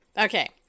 okay